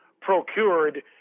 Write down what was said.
procured